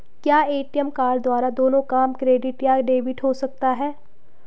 क्या ATM card द्वारा दोनों काम क्रेडिट या डेबिट हो सकता है?